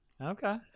Okay